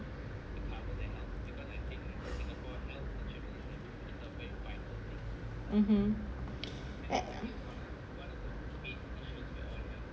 mmhmm